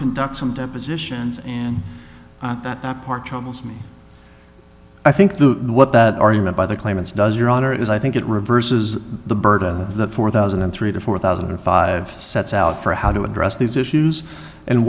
conduct some depositions and i thought that that part troubles me i think the what that argument by the claimants does your honor is i think it reverses the burden of the four thousand and three to four thousand or five sets out for how to address these issues and